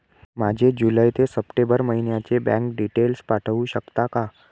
माझे जुलै ते सप्टेंबर महिन्याचे बँक डिटेल्स पाठवू शकता का?